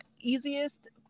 Easiest